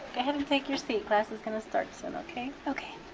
ahead and take your seat. class is gonna start soon, okay? okay.